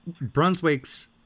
Brunswick's